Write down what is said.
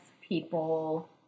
people